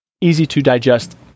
easy-to-digest